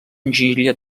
enginyeria